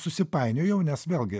susipainiojau nes vėlgi